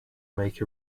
make